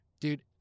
dude